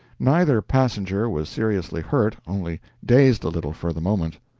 neither passenger was seriously hurt only dazed a little for the moment.